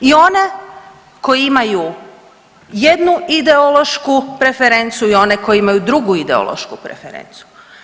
I one koji imaju jednu ideološku preferencu i one koji imaju drugu ideološku preferencu.